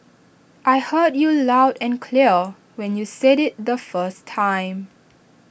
I heard you loud and clear when you said IT the first time